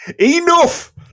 enough